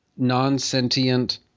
non-sentient